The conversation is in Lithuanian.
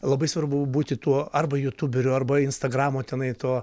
labai svarbu būti tuo arba jutuberiu arba instagramo tenai tuo